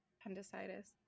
appendicitis